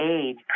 age